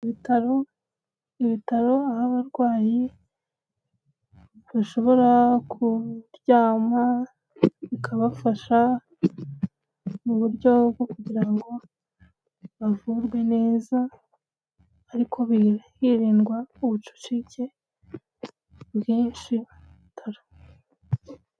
Ibitaro ibitaro aho abarwayi bashobora kuryama bikabafasha mu buryo bwo kugira ngo bavurwe neza ariko hirindwa ubucucike bwinshi mu bitaro.